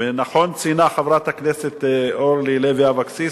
ונכון ציינה חברת הכנסת אורלי לוי אבקסיס